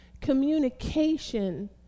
communication